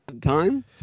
time